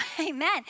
Amen